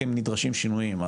כי נדרשים שינויים.